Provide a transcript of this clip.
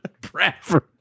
Bradford